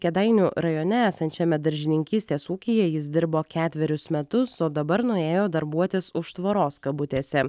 kėdainių rajone esančiame daržininkystės ūkyje jis dirbo ketverius metus o dabar nuėjo darbuotis už tvoros kabutėse